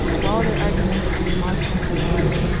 to all their arguments and remonstrances, however,